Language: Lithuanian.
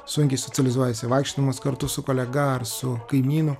sunkiai socializuojiesi vaikščiodamas kartu su kolega ar su kaimynu